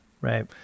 right